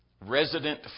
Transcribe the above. resident